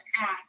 ask